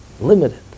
Limited